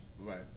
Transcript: Right